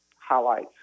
highlights